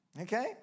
Okay